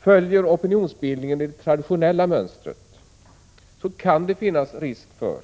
Följer opinionsbildningen det traditionella mönstret kan det finnas risk för